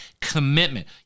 commitment